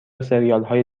سریالهای